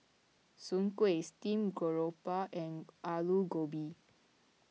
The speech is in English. Soon Kway Steam Garoupa and Aloo Gobi